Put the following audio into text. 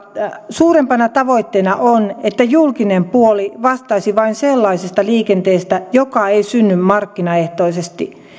suurempana tavoitteena on että julkinen puoli vastaisi vain sellaisesta liikenteestä joka ei synny markkinaehtoisesti